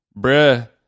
bruh